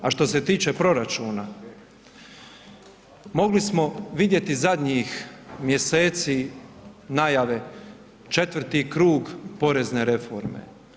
A što se tiče proračuna, mogli smo vidjeti zadnjih mjeseci najave četvrti krug porezne reforme.